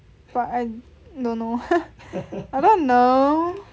but I don't know I don't know